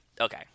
Okay